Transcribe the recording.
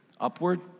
upward